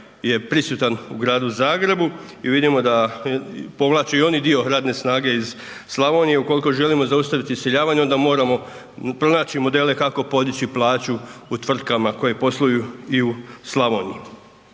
je prisutan u gradu Zagrebu i vidimo da povlači i on dio radne snage iz Slavonije. Ukoliko želimo zaustaviti iseljavanje, onda moramo pronaći modele kako podići plaću u tvrtkama koje posluju i u Slavoniji.